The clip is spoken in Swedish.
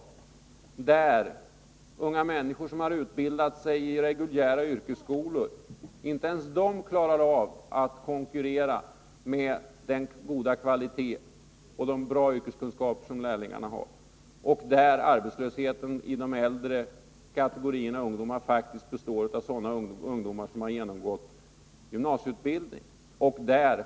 Inte ens unga människor som har utbildat sig i reguljära yrkesskolor klarar att konkurrera med den goda kvaliteten och de yrkeskunskaper som lärlingarna har. Arbetslösheten inom kategorin äldre ungdomar består faktiskt av sådana ungdomar som genomgått gymnasieutbildning.